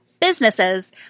businesses